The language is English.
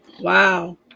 wow